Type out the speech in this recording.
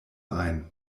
ein